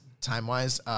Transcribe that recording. time-wise